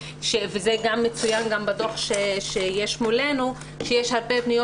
וזה מצוין גם בדוח שמונח לפנינו שיש הרבה פניות